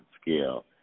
scale